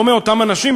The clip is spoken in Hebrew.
לא מאותם אנשים,